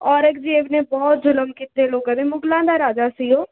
ਔਰੰਗਜ਼ੇਬ ਨੇ ਬਹੁਤ ਜ਼ੁਲਮ ਕੀਤੇ ਲੋਕਾਂ 'ਤੇ ਮੁਗਲਾਂ ਦਾ ਰਾਜਾ ਸੀ ਉਹ